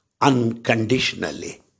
unconditionally